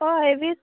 हय वीस